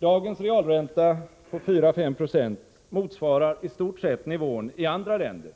Dagens realränta på 4-5 96 motsvarar istort sett nivån i andra länder